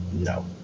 No